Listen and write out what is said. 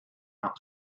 out